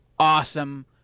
awesome